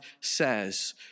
says